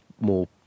more